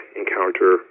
encounter